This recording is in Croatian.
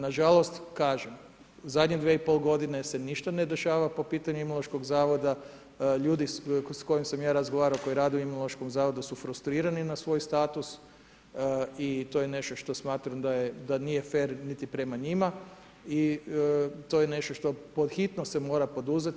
Nažalost, kažem, zadnje 2,5 godine se ništa ne dešava po pitanju Imunološkog zavoda, ljudi s kojima sam ja razgovarao koji rade u Imunološkom su frustrirani na svoj status i to je nešto što smatram da nije fer niti prema njima i to je nešto što podhitno se mora poduzeti.